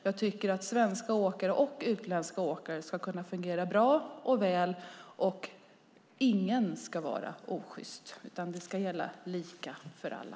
Det ska fungera bra för både svenska och utländska åkare, och ingen ska vara osjyst. Det ska gälla lika för alla.